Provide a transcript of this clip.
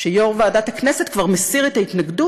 כשיו"ר ועדת הכנסת כבר מסיר את ההתנגדות